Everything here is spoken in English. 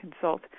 consult